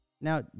Now